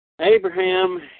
Abraham